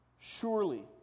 Surely